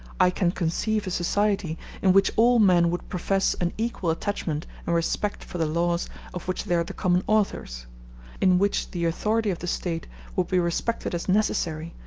i can conceive a society in which all men would profess an equal attachment and respect for the laws of which they are the common authors in which the authority of the state would be respected as necessary,